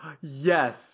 Yes